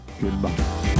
goodbye